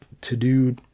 to-do